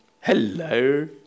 hello